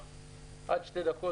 עד שתי דקות,